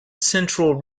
central